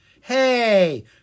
Hey